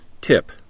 Tip